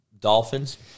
Dolphins